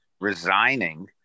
resigning